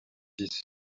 six